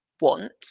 want